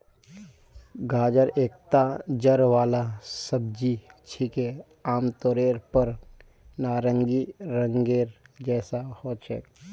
गाजर एकता जड़ वाला सब्जी छिके, आमतौरेर पर नारंगी रंगेर जैसा ह छेक